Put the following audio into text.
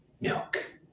milk